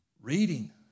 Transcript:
reading